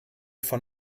von